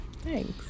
Thanks